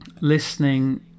listening